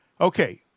okay